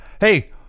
hey